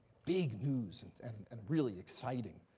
big news and and and really exciting,